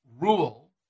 rule